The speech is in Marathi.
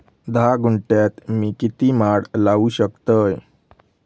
धा गुंठयात मी किती माड लावू शकतय?